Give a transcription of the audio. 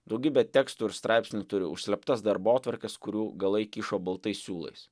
daugybė tekstų ir straipsnių turi užslėptas darbotvarkes kurių galai kyšo baltais siūlais